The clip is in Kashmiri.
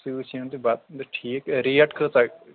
سۭتۍ کھیٚیو تُہۍ بَتہٕ تہٕ ٹھیٖک ریٹ کۭژاہ